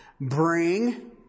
Bring